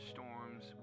Storms